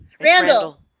Randall